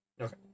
Okay